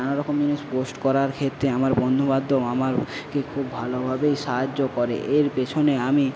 নানা রকম জিনিস পোস্ট করার ক্ষেত্রে আমার বন্ধু বান্ধব আমার কে খুব ভালোভাবেই সাহায্য করে এর পেছনে আমি